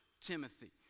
Timothy